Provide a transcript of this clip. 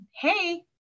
Hey